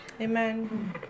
Amen